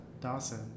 Dawson